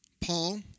Paul